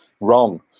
wrong